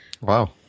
Wow